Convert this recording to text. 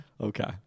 Okay